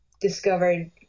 discovered